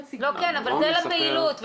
זה לפעילות.